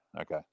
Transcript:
okay